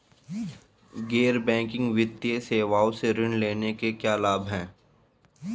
गैर बैंकिंग वित्तीय सेवाओं से ऋण लेने के क्या लाभ हैं?